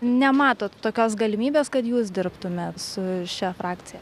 nematot tokios galimybės kad jūs dirbtumėt su šia frakcija